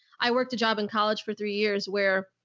i worked a job in college for three years where.